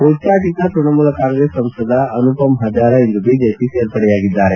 ಉಚ್ಲಾಟಿತ ತ್ವಣಮೂಲ ಕಾಂಗ್ರೆಸ್ ಸಂಸದ ಅನುಪಮ್ ಹಜಾರ ಇಂದು ಬಿಜೆಪಿ ಸೇರ್ಪಡೆಯಾಗಿದ್ದಾರೆ